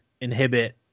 inhibit